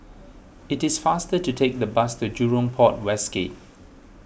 it is faster to take the bus to Jurong Port West Gate